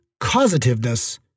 causativeness